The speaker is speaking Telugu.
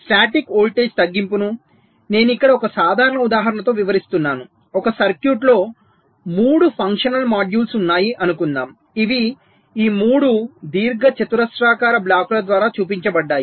స్టాటిక్ వోల్టేజ్ తగ్గింపును నేను ఇక్కడ ఒక సాధారణ ఉదాహరణతో వివరిస్తున్నాను ఒక సర్క్యూట్లో 3 ఫంక్షనల్ మాడ్యూల్స్ ఉన్నాయి అనుకుందాం ఇవి ఈ 3 దీర్ఘచతురస్రాకార బ్లాకుల ద్వారా చూపించబడ్డాయి